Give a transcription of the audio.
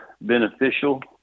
beneficial